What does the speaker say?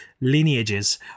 lineages